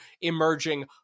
emerging